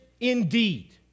indeed